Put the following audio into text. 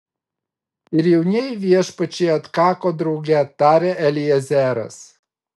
ir jaunieji viešpačiai atkako drauge tarė eliezeras